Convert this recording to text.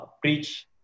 preach